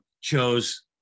chose